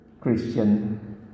Christian